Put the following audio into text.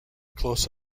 close